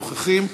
נוכחים.